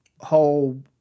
whole